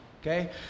Okay